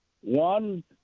One